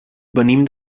venim